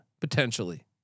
potentially